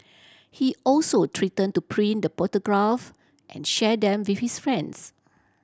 he also threatened to print the photograph and share them with his friends